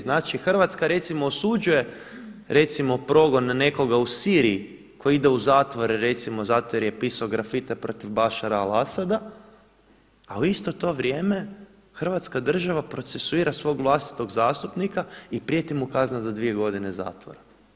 Znači Hrvatska recimo osuđuje recimo progon nekoga u Siriji koji ide u zatvor recimo zato jer je pisao grafite protiv Bašar al-Asada, a u isto to vrijeme Hrvatska država procesuira svog vlastitog zastupnika i prijeti mu kazna do dvije godine zatvora.